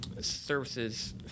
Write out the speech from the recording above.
services